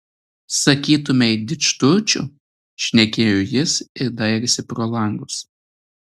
sakytumei didžturčių šnekėjo jis ir dairėsi pro langus